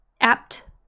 apt